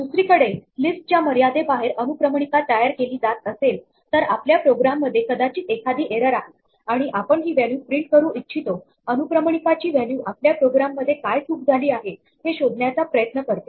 दुसरीकडे लिस्टच्या मर्यादेबाहेर अनुक्रमणिका तयार केली जात असेल तर आपल्या प्रोग्राम मध्ये कदाचित एखादी एरर आहे आणि आपण ही व्हॅल्यू प्रिंट करू इच्छितो अनुक्रमणिका ची व्हॅल्यू आपल्या प्रोग्राम मध्ये काय चूक झाली आहे हे शोधण्याचा प्रयत्न करते